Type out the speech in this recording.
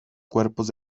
cuerpos